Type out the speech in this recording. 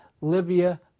Libya